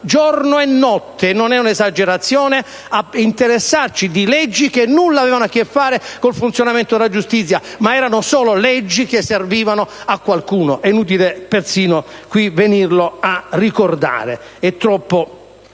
giorno e notte (non è un'esagerazione), a interessarci di leggi che nulla avevano a che fare con il funzionamento della giustizia, ma erano solo leggi che servivano a qualcuno. È inutile persino ricordarlo